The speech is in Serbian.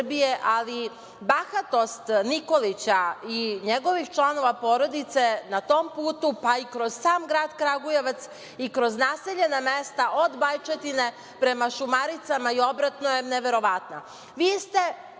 ali bahatost Nikolića i članova njegove porodice na tom putu, pa i kroz sam grad Kragujevac i kroz naseljena mesta od Bajčetine prema Šumaricama i obratno je neverovatna. Gospodo,